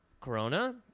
Corona